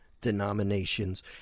denominations